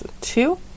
Two